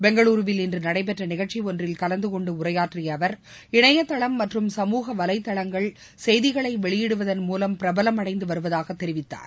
பெங்களூருவில் இன்று நடைபெற்ற நிகழ்ச்சி ஒன்றில் கலந்து கொண்டு உரையாற்றிய அவர் இணையதளம் மற்றும் சமூக வலைதளங்கள் செய்திகளை வெளியிடுவதள் மூலம் பிரபலமடைந்து வருவதாக தெரிவித்தார்